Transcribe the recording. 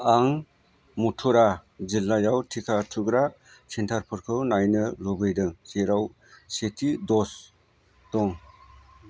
आं मथुरा जिल्लायाव टिका थुग्रा सेन्टारफोरखौ नायनो लुगैदों जेराव सेथि द'ज दं